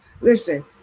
Listen